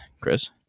Chris